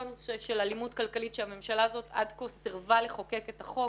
הנושא של אלימות כלכלית שהממשלה הזאת עד כה סירבה לחוקק את החוק